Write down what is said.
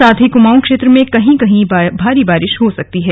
साथ ही कुमाऊं क्षेत्र में कहीं कहीं भारी बारिश भी हो सकती है